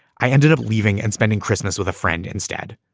i ended up leaving and spending christmas with a friend instead.